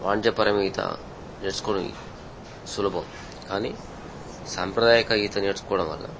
వాణిజ్యపరమైన ఈత నేర్చుకుని సులభం కానీ సాంప్రదాయక ఈత నేర్చుకోవడం వల్ల